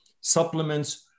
supplements